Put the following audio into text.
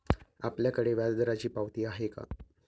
आपल्याकडे व्याजदराची पावती आहे का?